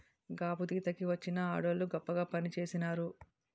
గాబుదీత కి వచ్చిన ఆడవోళ్ళు గొప్పగా పనిచేసినారు